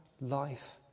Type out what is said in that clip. life